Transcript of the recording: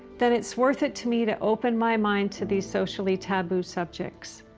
then it's worth it to me to open my mind to these socially taboo subjects.